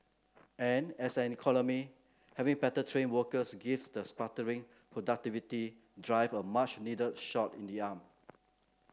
and as an economy having better trained workers gives the sputtering productivity drive a much needed shot in the arm